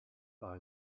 par